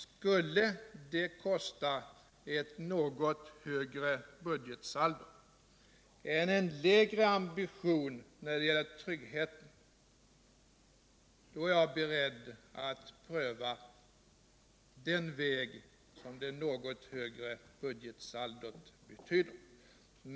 Skulle det kräva ett något högre budgetsaldo än en lägre ambition gör när det gäller tryggheten, då är jag beredd att pröva den väg som det något högre budgetsaldot innebär.